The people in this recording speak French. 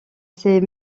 ses